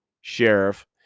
sheriff